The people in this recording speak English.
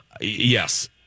yes